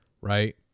right